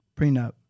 prenup